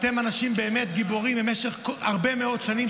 אתם אנשים באמת גיבורים הרבה מאוד שנים,